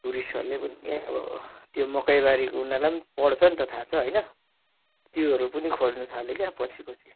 टुरिस्टहरू पनि अब क्या त्यो मकैबारीको उनीहरूलाई पढ्छ नि त थाहा छ होइन त्योहरू पनि खोज्न थाले क्या पछि पछि